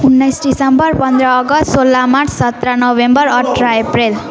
उन्नाइस डिसेम्बर पन्ध्र अगस्ट सोह्र मार्च सत्र नभेम्बर अठाह्र एप्रिल